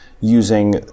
using